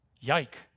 Yike